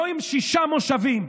לא עם שישה מושבים,